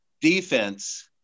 Defense